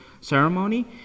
ceremony